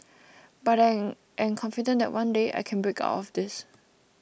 but I am confident that one day I can break out of this